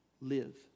live